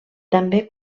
també